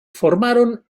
formaron